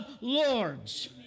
lords